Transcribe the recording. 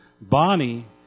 Bonnie